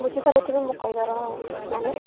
ବୁଝିପାରୁଥିବେ ମୁଁ କହିବାର ମାନେ